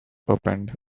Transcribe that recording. opened